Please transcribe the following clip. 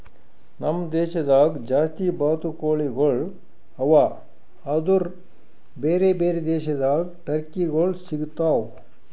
ನಮ್ ದೇಶದಾಗ್ ಜಾಸ್ತಿ ಬಾತುಕೋಳಿಗೊಳ್ ಅವಾ ಆದುರ್ ಬೇರೆ ಬೇರೆ ದೇಶದಾಗ್ ಟರ್ಕಿಗೊಳ್ ಸಿಗತಾವ್